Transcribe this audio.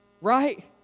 Right